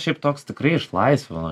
šiaip toks tikrai išlaisvino